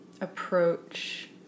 approach